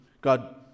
God